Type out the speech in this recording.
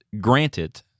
granted